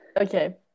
okay